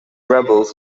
rebels